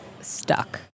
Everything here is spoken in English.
stuck